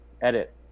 Edit